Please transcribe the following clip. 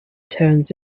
turns